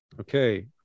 Okay